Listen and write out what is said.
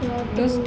ya true